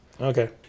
Okay